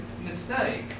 mistake